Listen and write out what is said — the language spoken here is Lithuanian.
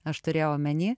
aš turėjau omeny